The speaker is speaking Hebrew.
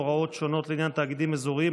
הוראות שונות לעניין תאגידים אזוריים),